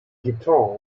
guitar